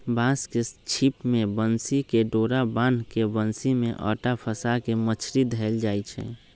बांस के छिप में बन्सी कें डोरा बान्ह् के बन्सि में अटा फसा के मछरि धएले जाइ छै